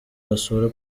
basura